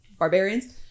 barbarians